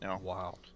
Wow